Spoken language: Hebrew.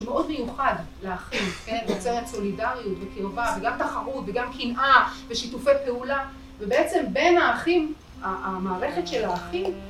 מאוד מיוחד לאחים, כן, נוצרת סולידריות וקירבה וגם תחרות, וגם קנאה, ושיתופי פעולה, ובעצם בין האחים, המערכת של האחים